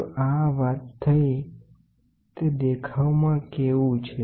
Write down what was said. તો તે આવુ દેખાય છે